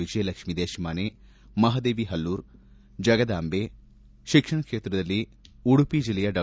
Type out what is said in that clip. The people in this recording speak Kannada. ವಿಜಯಲಕ್ಷ್ಮಿ ದೇಶಮಾನೆ ಮಹದೇವಿ ಪುಲ್ಲೂರ್ ಜಗದಾಂಬೆ ಶಿಕ್ಷಣ ಕ್ಷೇತ್ರದಲ್ಲಿ ಉಡುಪಿ ಜಿಲ್ಲೆಯ ಡಾ